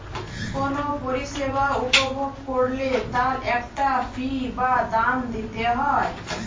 কোনো পরিষেবা উপভোগ করলে তার একটা ফী বা দাম দিতে হয়